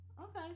Okay